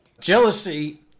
Jealousy